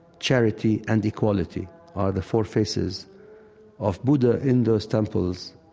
charity, and equality are the four faces of buddha in those temples.